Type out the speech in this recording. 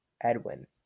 Edwin